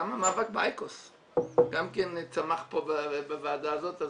גם המאבק באייקוס צמח כאן בוועדה הזאת,